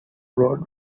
broad